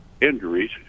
injuries